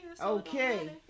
Okay